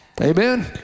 Amen